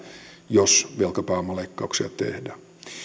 jos velkapääoman leikkauksia tehdään